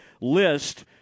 list